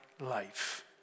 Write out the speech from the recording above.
life